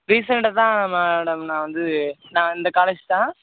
ரீசண்டாக தான் மேடம் நான் வந்து நான் இந்த காலேஜ் தான்